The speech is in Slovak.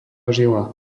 žila